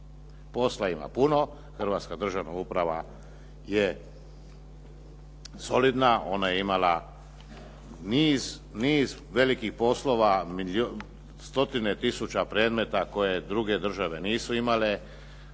Posla ima puno, hrvatska državna uprava je solidna, ona je imala niz velikih poslova, stotine tisuća predmeta koje druge države nisu imale